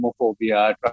homophobia